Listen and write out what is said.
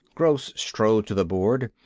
gross strode to the board.